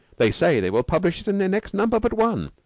they say they will publish it in their next number but one.